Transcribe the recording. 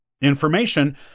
Information